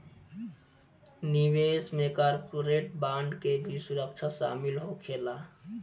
निवेश में corporate bond के भी सुरक्षा शामिल होखेला